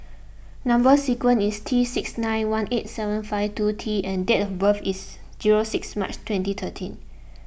Number Sequence is T six nine one eight seven five two T and date of birth is zero six March twenty thirteen